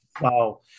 Wow